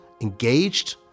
engaged